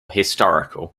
historical